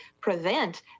prevent